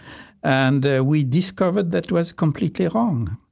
and we discovered that was completely wrong.